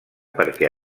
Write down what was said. perquè